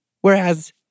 Whereas